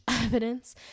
evidence